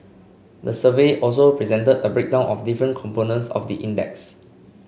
the survey also presented a breakdown of different components of the index